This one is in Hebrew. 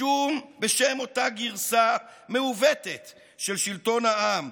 בשם אותה גרסה מעוותת של שלטון העם,